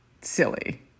silly